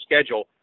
schedule